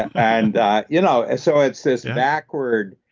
and you know? and so it's this backward,